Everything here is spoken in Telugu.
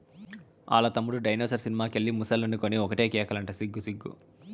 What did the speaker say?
ఆల్ల తమ్ముడు డైనోసార్ సినిమా కెళ్ళి ముసలనుకొని ఒకటే కేకలంట సిగ్గు సిగ్గు